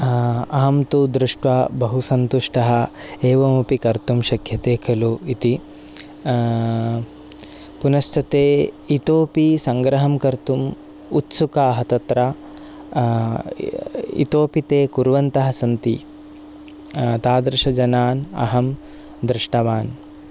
अहं तु दृष्ट्वा बहु संतुष्टः एवमपि कर्तुं शक्यते खलु इति पुनश्च ते इतोपि सङ्ग्रहं कर्तुं उत्सुकाः तत्र इतोपि ते कुर्वन्तः सन्ति तादृश जनान् अहं दृष्टवान्